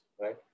right